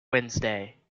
wednesday